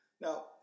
Now